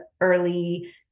early